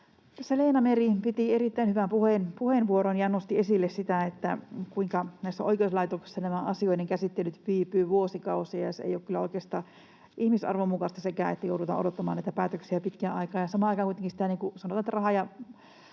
Leena Meri piti erittäin hyvän puheenvuoron ja nosti esille sitä, kuinka oikeuslaitoksissa nämä asioiden käsittelyt viipyvät vuosikausia. Ei ole kyllä oikeastaan ihmisarvon mukaista sekään, että joudutaan odottamaan näitä päätöksiä pitkän aikaa, ja samaan aikaan kuitenkin rahaa ja vaikutusvaltaa ja